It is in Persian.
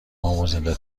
آموزنده